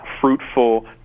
Fruitful